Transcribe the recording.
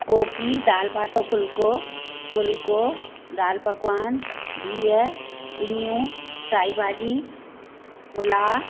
कोकी दालि पातो फुल्को फुल्को दालि पकवान बिहु सिंगियूं साई भाॼी पुला